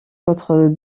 votre